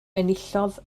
enillodd